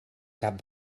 cap